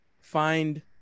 find